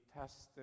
tested